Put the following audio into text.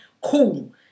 cool